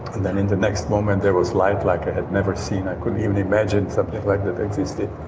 then in the next moment there was light like i had never seen, i couldn't even imagine something like that existed.